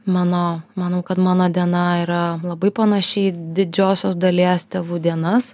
mano manau kad mano diena yra labai panaši į didžiosios dalies tėvų dienas